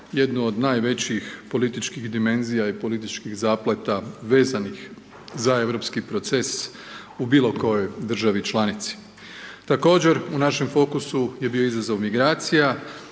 jednu od najvećih političkih dimenzija i političkih zapleta vezanih za europski proces u bilo kojoj državi članici. Također, u našem fokusu je bio izazov migracija,